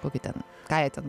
kokį ten ką jie ten